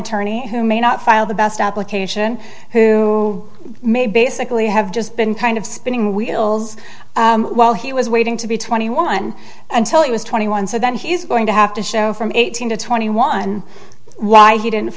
attorney who may not file the best application who may basically have just been kind of spinning wheels while he was waiting to be twenty one until he was twenty one so then he's going to have to show from eighteen to twenty one why he didn't